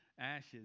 Ashes